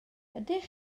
ydych